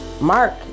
Mark